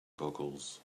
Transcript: goggles